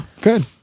Good